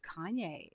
Kanye